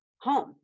home